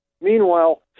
Meanwhile